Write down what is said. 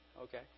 Okay